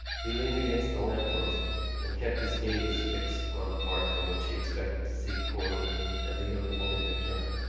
he leaned against the lamp-post and kept his gaze fixed on the part from which he expected to see corley and the young woman return.